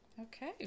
Okay